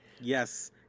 Yes